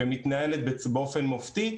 שמתנהלת באופן מופתי,